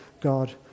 God